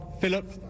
Philip